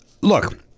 Look